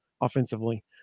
offensively